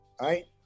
Right